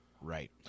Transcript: Right